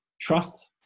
trust